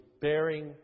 bearing